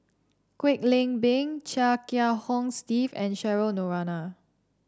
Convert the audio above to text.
Kwek Leng Beng Chia Kiah Hong Steve and Cheryl Noronha